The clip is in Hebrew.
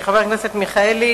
התרבות והספורט לוועדת העלייה,